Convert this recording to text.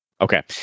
Okay